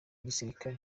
igisirikare